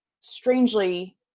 strangely